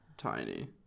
Tiny